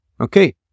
Okay